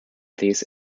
these